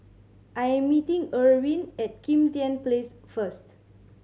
I am meeting Erwin at Kim Tian Place first